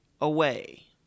away